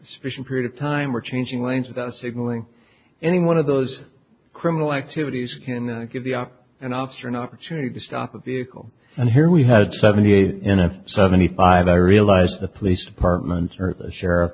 sufficient period of time or changing lanes without signaling any one of those criminal activities cannot give the op an officer an opportunity to stop a vehicle and here we had seventy eight in a seventy five i realized the police departments or the sheriff